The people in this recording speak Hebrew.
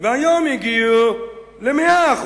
והיום הגיעו ל-100%.